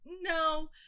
No